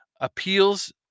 appeals